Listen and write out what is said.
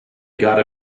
gotta